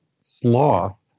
Sloth